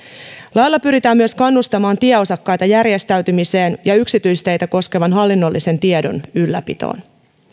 lailla pyritään myös kannustamaan tieosakkaita järjestäytymiseen ja yksityisteitä koskevan hallinnollisen tiedon ylläpitoon